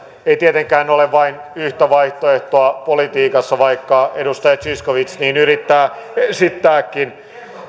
ei tietenkään ole vain yhtä vaihtoehtoa politiikassa vaikka edustaja zyskowicz niin yrittää esittääkin